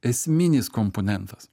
esminis komponentas